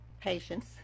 Patience